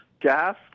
gas